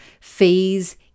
fees